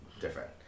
different